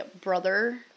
brother